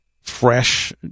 fresh